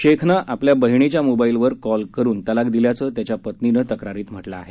शेखनं आपल्या बहिणिच्या मोबाईलवर कॉल करून तलाक दिल्याचं त्याच्या पत्नीनं तक्रारीत म्हटलं आहे